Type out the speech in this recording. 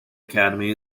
academy